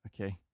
okay